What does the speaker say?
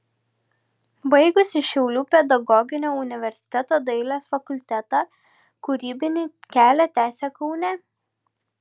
baigusi šiaulių pedagoginio universiteto dailės fakultetą kūrybinį kelią tęsė kaune